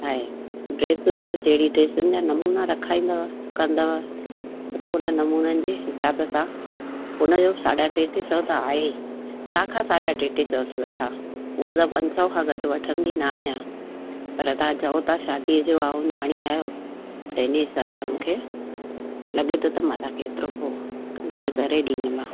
हा ड्रेसियुनि जो जहिड़ी ड्रेसियुनि जा नमूना रखाईंदव कंदव त पोइ उन नमूननि जे हिसाबु सां उन जो साढा टे टे सौ त आहे तव्हांखां साढा टे टे सौ थी वठां हूंअं त पंज सौ खां घटि वठंदी न आहियां पर तव्हां चओ था शादीअ जो ऐं न्याणी आहियो त इन हिसाबु सां मूंखे लॻे थो त मां तव्हांखे एतिरो घटि करे ॾींदीमांव